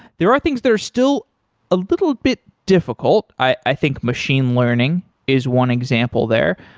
there are things that are still a little bit difficult. i think machine learning is one example there,